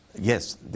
yes